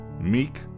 meek